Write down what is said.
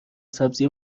سبزی